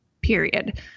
period